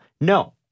No